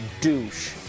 douche